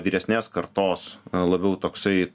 vyresnės kartos labiau toksai